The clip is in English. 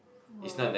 !woah!